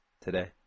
today